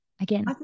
again